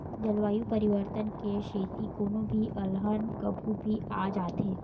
जलवायु परिवर्तन के सेती कोनो भी अलहन कभू भी आ जाथे